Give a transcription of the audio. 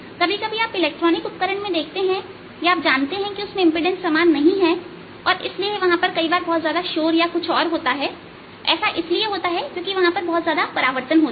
कभी कभी आप इलेक्ट्रॉनिक उपकरण में देखते हैं या आप जानते हैं कि उसमें इंपीडेंस समान नहीं है और इसलिए वहां बहुत ज्यादा शोर या कुछ और होता है ऐसा इसलिए होता है क्योंकि वहां बहुत ज्यादा परावर्तन होता है